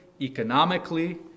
economically